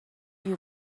you